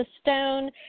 Stone